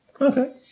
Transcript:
okay